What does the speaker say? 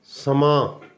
ਸਮਾਂ